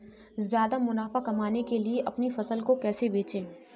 ज्यादा मुनाफा कमाने के लिए अपनी फसल को कैसे बेचें?